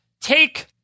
take